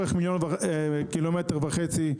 באורך קילומטר וחצי,